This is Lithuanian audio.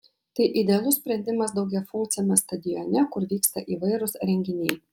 tai idealus sprendimas daugiafunkciame stadione kur vyksta įvairūs renginiai